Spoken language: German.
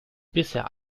bisher